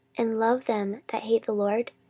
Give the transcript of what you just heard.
and love them that hate the lord?